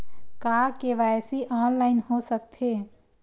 का KYC online हो सकथे?